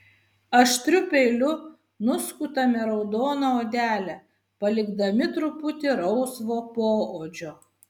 aštriu peiliu nuskutame raudoną odelę palikdami truputį rausvo poodžio